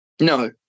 No